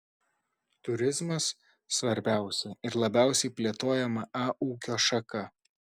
turizmas svarbiausia ir labiausiai plėtojama a ūkio šaka